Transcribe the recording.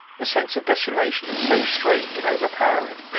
the sense of desolation is so strange and overpowering